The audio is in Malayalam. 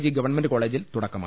ജി ഗവൺമെന്റ് കോളേജിൽ തുടക്കമായി